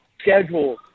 schedule